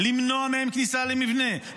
למנוע מהם כניסה למבנה,